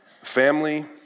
Family